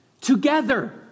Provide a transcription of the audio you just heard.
together